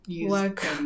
work